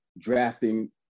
drafting